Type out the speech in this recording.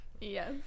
yes